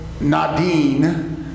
nadine